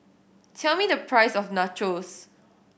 tell me the price of Nachos